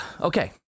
okay